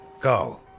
Go